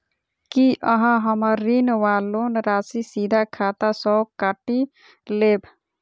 की अहाँ हम्मर ऋण वा लोन राशि सीधा खाता सँ काटि लेबऽ?